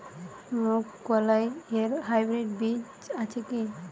মুগকলাই এর হাইব্রিড বীজ আছে কি?